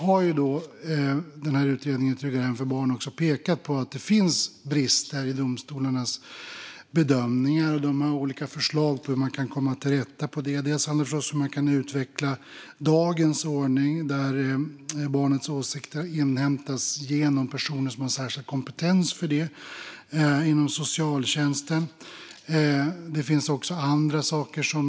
I utredningen Tryggare hem för barn pekar utredaren på att det finns brister i domstolarnas bedömningar och har olika förslag på hur man kan komma till rätta med det. Bland annat handlar det om hur man kan utveckla dagens ordning där barnets åsikter inhämtas genom personer inom socialtjänsten som har särskild kompetens för det.